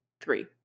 Three